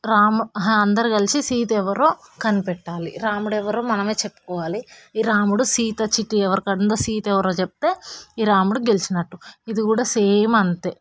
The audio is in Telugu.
రాము అహ అందరు కలిసి సీత ఎవరో కనిపెట్టాలి రాముడు ఎవరో మనమే చెప్పుకోవాలి ఈ రాముడు సీత చీటీ ఎవరికాద ఉందో సీత ఎవరో చెప్తే ఈ రాముడు గెలిచినట్టు ఇది కూడా సేమ్ అంతే